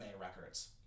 records